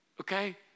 okay